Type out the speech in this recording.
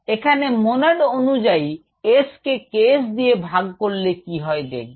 এখানে monod অনুজাই S কে K s দিয়ে ভাগ করলে কি হয় দেখব